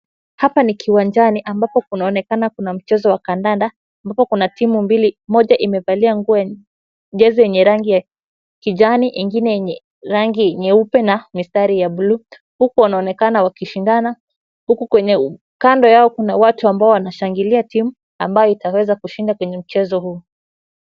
Hapa ni kiwandani ambapo kunaonekana kuna mchezo wa kandanda ambapo kuna timu mbili, moja imevalia jezi yenye rangi ya kijani ingine yenye rangi nyeupe na mistari ya buluu, huku wanaonekana wakishindana. Kando yao kuna watu wanaoshangilia team ambao utaweza kushinda kwenye mchezo huu.